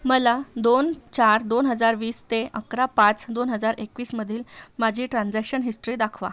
मला दोन चार दोन हजार वीस ते अकरा पाच दोन हजार एकवीसमधील माझी ट्रान्झॅक्शन हिस्टरी दाखवा